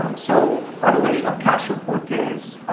um so, by the way, ocasio-cortez,